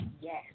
Yes